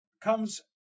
comes